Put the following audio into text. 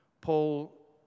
Paul